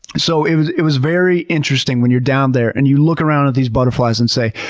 so it was it was very interesting, when you're down there and you look around at these butterflies and say,